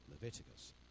Leviticus